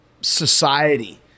society